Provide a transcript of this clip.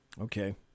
Okay